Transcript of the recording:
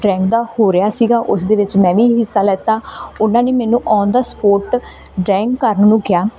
drawing ਦਾ ਹੋ ਰਿਹਾ ਸੀਗਾ ਉਸ ਦੇ ਵਿੱਚ ਮੈਂ ਵੀ ਹਿੱਸਾ ਲਿਆ ਉਹਨਾਂ ਨੇ ਮੈਨੂੰ ਓਨ ਦਾ ਸਪੋਟ ਡਰਾਇੰਗ ਕਰਨ ਨੂੰ ਕਿਹਾ